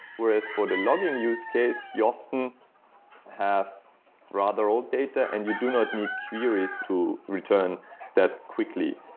whereas, for the logging use case, you often have rather old data and you do not need queries to return that quickly.